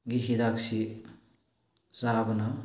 ꯒꯤ ꯍꯤꯗꯥꯛꯁꯤ ꯆꯥꯕꯅ